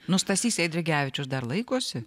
nu stasys eidrigevičius dar laikosi